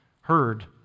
heard